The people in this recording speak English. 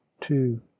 two